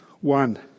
one